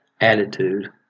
attitude